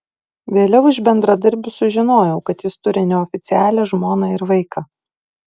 vėliau iš bendradarbių sužinojau kad jis turi neoficialią žmoną ir vaiką